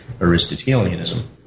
Aristotelianism